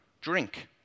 drink